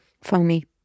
Foamy